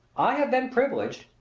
i have been privileged,